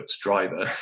driver